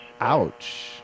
Ouch